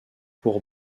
pour